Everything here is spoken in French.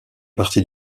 partie